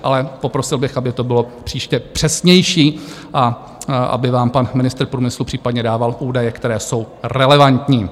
Ale poprosil bych, aby to bylo příště přesnější a aby vám pan ministr průmyslu případně dával údaje, které jsou relevantní.